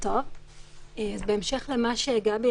ממש בראשית מרץ,